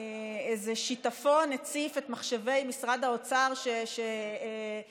איזה שיטפון הציף את מחשבי משרד האוצר שחייב